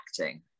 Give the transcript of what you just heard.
acting